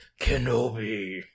Kenobi